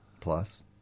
plus